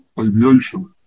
Aviation